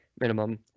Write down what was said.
minimum